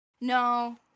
No